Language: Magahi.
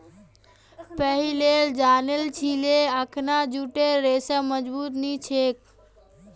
पहिलेल जानिह छिले अखना जूटेर रेशा मजबूत नी ह छेक